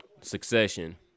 Succession